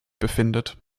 befindet